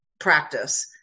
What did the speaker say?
practice